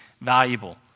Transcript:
valuable